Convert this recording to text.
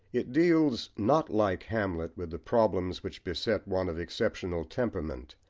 it deals, not like hamlet with the problems which beset one of exceptional temperament,